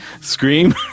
Scream